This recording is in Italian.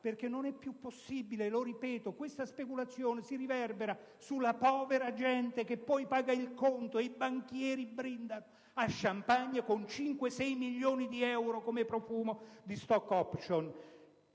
Non è più possibile tollerare questo; questa speculazione si riverbera sulla povera gente, che poi paga il conto; i banchieri brindano a *champagne* con 5-6 milioni di euro - come Profumo - di *stock options*.